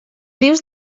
dius